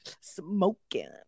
smoking